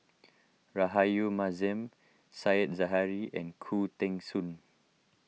Rahayu Mahzam Said Zahari and Khoo Teng Soon